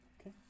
okay